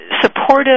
Supportive